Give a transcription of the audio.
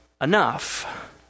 enough